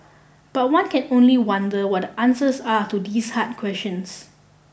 but one can only wonder what the answers are to these hard questions